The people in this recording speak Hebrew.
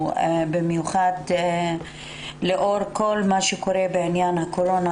במיוחד לאור כל מה שקורה בעניין הקורונה,